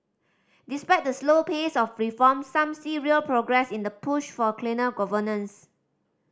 despite the slow pace of reform some see real progress in the push for cleaner governance